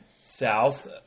south